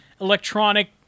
electronic